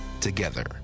Together